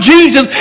Jesus